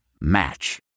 Match